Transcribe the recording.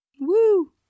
woo